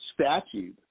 statute